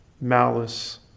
malice